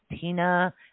Tina